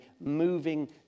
moving